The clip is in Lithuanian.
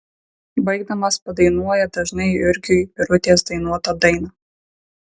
baigdamas padainuoja dažnai jurgiui birutės dainuotą dainą